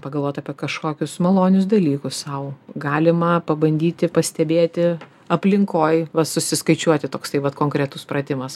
pagalvot apie kažkokius malonius dalykus sau galima pabandyti pastebėti aplinkoj va susiskaičiuoti toksai vat konkretus pratimas